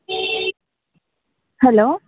hello